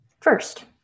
First